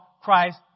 Christ